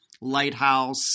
lighthouse